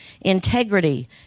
integrity